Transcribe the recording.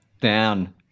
down